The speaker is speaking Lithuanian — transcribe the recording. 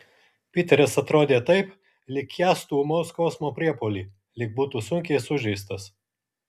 piteris atrodė taip lyg kęstų ūmaus skausmo priepuolį lyg būtų sunkiai sužeistas